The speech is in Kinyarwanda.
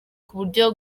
kubyo